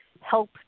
help